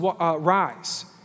rise